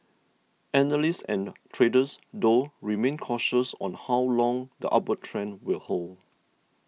analysts and traders though remain cautious on how long the upward trend will hold